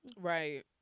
Right